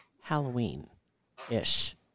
Halloween-ish